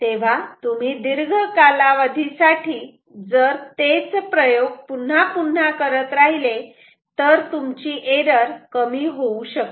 तेव्हा तुम्ही दीर्घ कालावधीसाठी जर तेच प्रयोग पुन्हा पुन्हा करत राहिले तर तुमची एरर कमी होऊ शकते